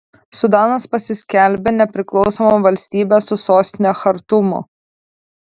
sudanas pasiskelbė nepriklausoma valstybe su sostine chartumu